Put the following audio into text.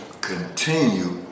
Continue